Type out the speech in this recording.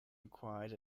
required